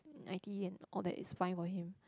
I_T_E and all that is fine for him